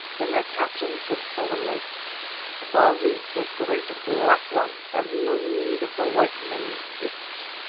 then their captain said solemnly bausi, the great black one, has no need of the white men's gifts.